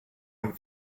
known